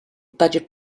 budget